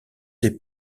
des